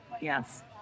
Yes